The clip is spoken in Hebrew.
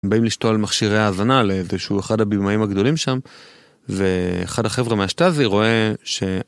באים לשתול מכשירי האזנה לאיזשהו אחד הבימאים הגדולים שם ואחד החבר'ה מהשטאזי רואה ש...